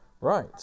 Right